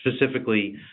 specifically